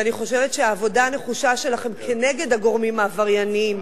ואני חושבת שהעבודה הנחושה שלכם כנגד הגורמים העברייניים